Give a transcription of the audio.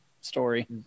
story